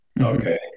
Okay